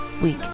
week